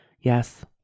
Yes